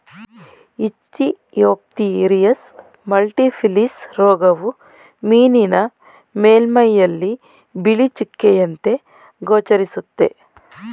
Ichthyophthirius multifiliis ರೋಗವು ಮೀನಿನ ಮೇಲ್ಮೈಯಲ್ಲಿ ಬಿಳಿ ಚುಕ್ಕೆಯಂತೆ ಗೋಚರಿಸುತ್ತೆ